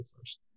first